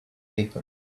paper